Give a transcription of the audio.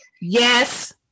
yes